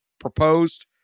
proposed